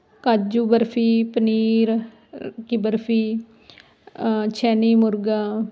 ਕਾਜੂ ਬਰਫੀ ਪਨੀਰ ਕੀ ਬਰਫੀ ਸ਼ੈਨੀ ਮੁਰਗਾ